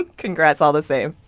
and congrats all the same.